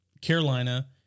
Carolina